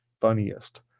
funniest